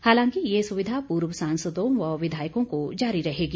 हालांकि ये सुविधा पूर्व सांसदों व विधायकों को जारी रहेगी